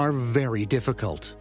are very difficult